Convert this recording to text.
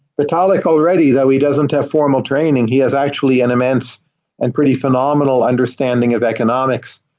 vitalik already, though he doesn't have formal training, he has actually an immense and pretty phenomenal understanding of economics,